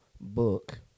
book